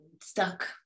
stuck